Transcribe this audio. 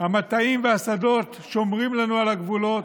המטעים והשדות שומרים לנו על הגבולות,